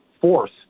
force